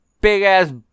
big-ass